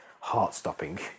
heart-stopping